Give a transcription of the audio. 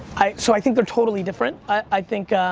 i so i think they're totally different. i think